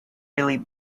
really